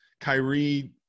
Kyrie